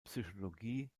psychologie